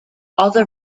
other